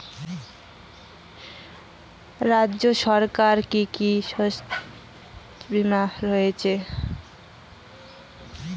রাজ্য সরকারের কি কি শস্য বিমা রয়েছে?